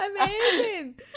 amazing